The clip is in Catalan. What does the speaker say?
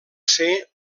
ser